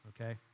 Okay